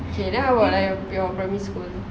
okay then what about your your primary school